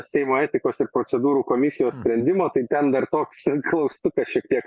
seimo etikos ir procedūrų komisijos sprendimo tai ten dar toks klaustukas šiek tiek